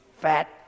fat